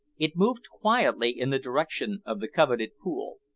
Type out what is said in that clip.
it moved quietly in the direction of the coveted pool.